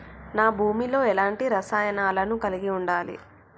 నా భూమి లో ఎలాంటి రసాయనాలను కలిగి ఉండాలి?